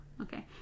Okay